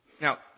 Now